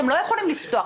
שהם לא יכולים לפתור,